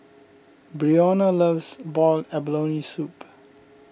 Breonna loves Boiled Abalone Soup